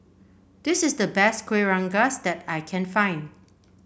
this is the best Kuih Rengas that I can find